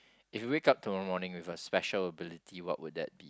if wake up tomorrow morning with a special ability what would that be